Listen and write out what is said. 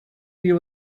area